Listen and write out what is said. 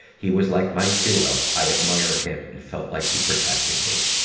he was like my hero. i admired him and felt like he protected me.